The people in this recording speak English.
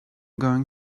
going